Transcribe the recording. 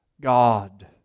God